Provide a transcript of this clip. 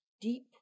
deep